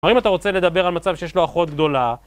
אם אתה רוצה לדבר על מצב שיש לו אחות גדולה...